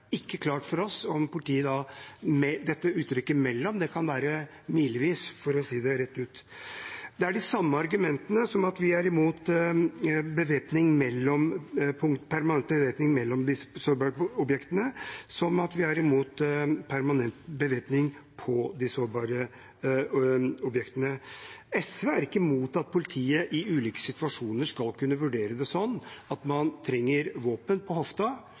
det kan være milevis, for å si det rett ut. Det er de samme argumentene imot permanent bevæpning mellom disse sårbare objektene, som argumentene imot en permanent bevæpning på de sårbare objektene. SV er ikke imot at politiet i ulike situasjoner skal kunne vurdere det sånn at man trenger våpen på